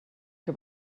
que